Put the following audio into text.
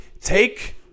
take